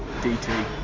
DT